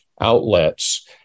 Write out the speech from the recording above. outlets